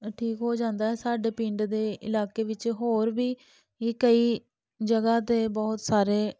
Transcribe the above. ਠੀਕ ਹੋ ਜਾਂਦਾ ਸਾਡੇ ਪਿੰਡ ਦੇ ਇਲਾਕੇ ਵਿੱਚ ਹੋਰ ਵੀ ਕਈ ਜਗ੍ਹਾ 'ਤੇ ਬਹੁਤ ਸਾਰੇ